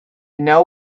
know